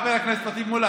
חבר הכנסת פטין מולא,